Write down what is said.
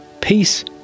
Peace